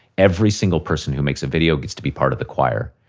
every single person who makes a video gets to be part of the choir.